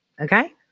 Okay